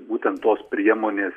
būtent tos priemonės